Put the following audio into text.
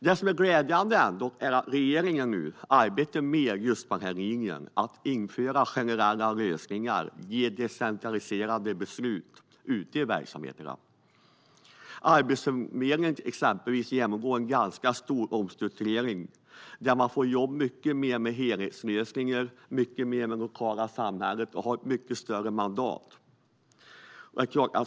Det är glädjande att regeringen nu arbetar med just den linjen, att införa generella lösningar och ge decentraliserade beslut ute i verksamheterna. Arbetsförmedlingen genomgår till exempel en ganska stor omstrukturering. Man får jobba mycket mer med helhetslösningar, mycket mer med det lokala samhället och har ett mycket större mandat.